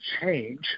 change